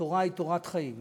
התורה היא תורת חיים.